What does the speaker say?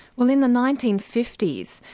well in the nineteen fifty s,